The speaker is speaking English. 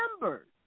members